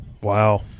Wow